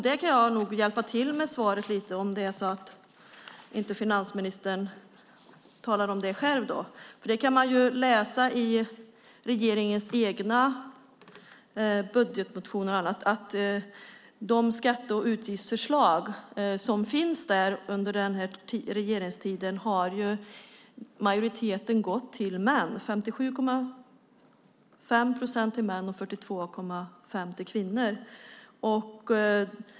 Där kan jag nog hjälpa till lite med svaret, om det är så att finansministern inte talar om det själv. Man kan läsa i regeringens egna budgetpropositioner och annat att merparten av medlen i skatte och utgiftsförslagen under regeringstiden har gått till män: 57,5 procent till män och 42,5 till kvinnor.